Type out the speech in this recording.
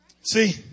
See